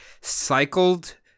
cycled